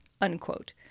unquote